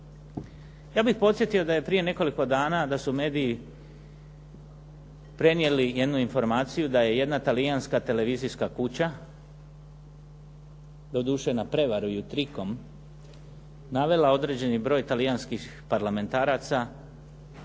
Ja bih podsjetio da je prije nekoliko dana, da su mediji prenijeli jednu informaciju, da je jedna talijanska televizijska kuća, doduše na prevaru i trikom navela određeni broj talijanskih parlamentaraca